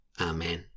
Amen